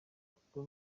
kuko